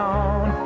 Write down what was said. on